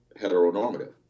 heteronormative